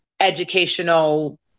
educational